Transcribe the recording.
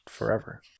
forever